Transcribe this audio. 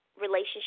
relationship